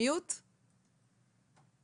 במחלקה עבר את ה-50% וזה הולך ועולה.